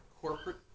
corporate